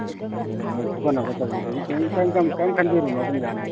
ꯎꯝ ꯑꯗꯨ ꯐꯨꯀꯠꯅꯕ ꯇꯧꯒꯅꯤ ꯀꯔꯤꯝ ꯈꯟꯕꯤꯔꯨꯅꯨ ꯑꯗꯨꯝ ꯌꯥꯅꯤ